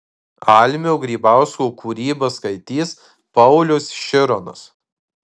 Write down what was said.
almio grybausko kūrybą skaitys paulius šironas